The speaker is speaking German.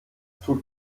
tut